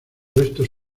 restos